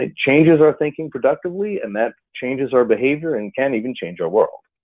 ah changes are thinking productively and that changes our behavior and can even change our world.